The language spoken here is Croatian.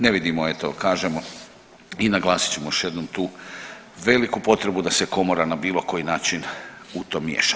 Ne vidimo eto kažemo i naglasit ćemo još jednom tu veliku potrebu da se komora na bilo koji način u to miješa.